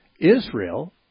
Israel